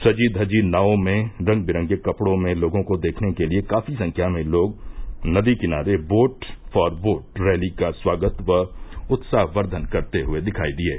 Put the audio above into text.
सजी धजी नावों में रंग बिरंगे कपड़ो में लोगों को देखने के लिये काफी संख्या में लोग नदी किनारे बोट फार वोट रैली का स्वागत व उत्साहवर्धन करते हुये दिखायी दिये